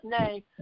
name